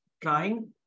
trying